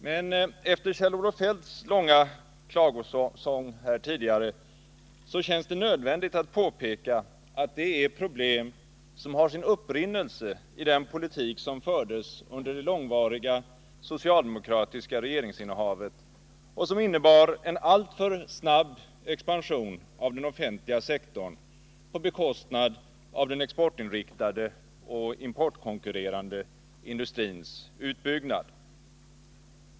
Men efter Kjell-Olof Feldts långa klagosång tidigare i dag känns det nödvändigt att påpeka att det är problem som har sin upprinnelse i den politik som fördes under det långvariga socialdemokratiska regeringsinnehavet och som innebar en alltför snabb expansion av den offentliga sektorn på bekostnad av den exportinriktade och importkonkurrerande industrins utbyggnad.